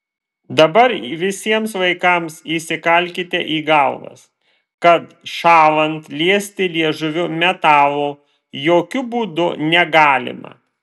dabar visiems laikams įsikalkite į galvas kad šąlant liesti liežuviu metalo jokiu būdu negalima